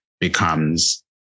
becomes